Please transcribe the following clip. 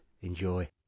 Enjoy